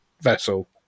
vessel